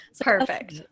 Perfect